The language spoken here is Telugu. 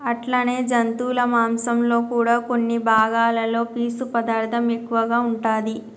అట్లనే జంతువుల మాంసంలో కూడా కొన్ని భాగాలలో పీసు పదార్థం ఎక్కువగా ఉంటాది